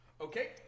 okay